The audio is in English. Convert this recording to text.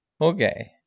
okay